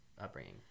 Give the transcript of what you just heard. upbringing